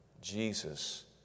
Jesus